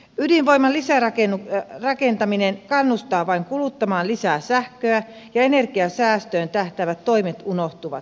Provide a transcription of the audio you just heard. ydinvoiman lisärakentaminen kannustaa vain kuluttamaan lisää sähköä ja energiansäästöön tähtäävät toimet unohtuvat